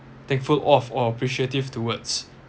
thankful of or appreciative towards